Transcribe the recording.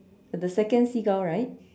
the second seagull right